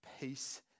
peace